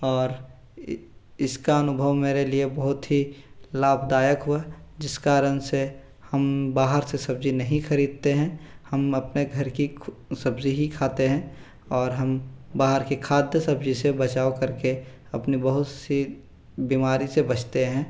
और इसका अनुभव मेरे लिए बहुत ही लाभदायक हुआ जिस कारण से हम बाहर से सब्ज़ी नहीं ख़रीदते हैं हम अपने घर की सब्ज़ी ही खाते हैं और हम बाहर की खाद्य सब्ज़ी से बचाव कर के अपनी बहुत सी बीमारी से बचते हैं